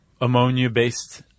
Ammonia-based